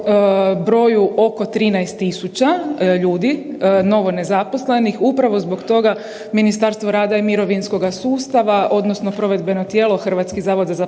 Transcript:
o broju oko 13 tisuća ljudi, novonezaposlenih, upravo zbog toga Ministarstvo rada i mirovinskog sustava odnosno provedbeno tijelo Hrvatski zavod za zapošljavanje